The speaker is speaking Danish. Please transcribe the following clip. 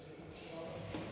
Tak